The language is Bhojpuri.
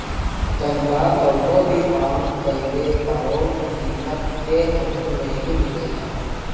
तनखा कवनो भी काम कइला पअ महिना के अंत में मिलेला